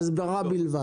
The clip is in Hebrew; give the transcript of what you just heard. הסברה בלבד.